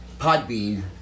Podbean